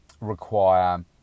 require